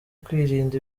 kwirinda